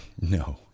No